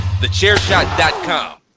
thechairshot.com